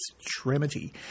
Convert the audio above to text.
extremity